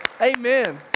Amen